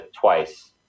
twice